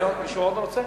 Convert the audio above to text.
מישהו עוד רוצה?